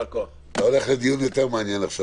אתה הולך לדיון יותר מעניין עכשיו.